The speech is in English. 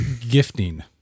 gifting